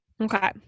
Okay